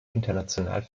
international